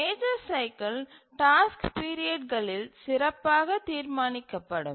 major cycle டாஸ்க்குக் பீரியட்களில் சிறப்பாகத் தீர்மானிக்கப்படும்